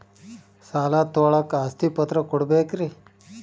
ಸಾಲ ತೋಳಕ್ಕೆ ಆಸ್ತಿ ಪತ್ರ ಕೊಡಬೇಕರಿ?